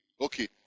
Okay